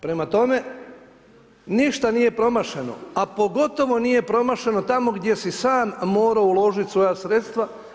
Prema tome, ništa nije promašeno, a pogotovo nije promašeno tamo gdje si sam morao uložiti svoja sredstva.